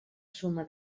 suma